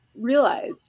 realize